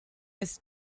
his